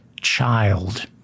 child